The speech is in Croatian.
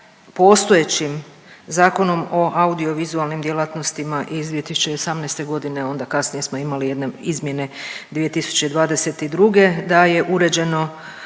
postojećim Zakonom o audiovizualnim djelatnostima iz 2018. godine i onda kasnije smo imali jedne izmjene 2022. da je uređeno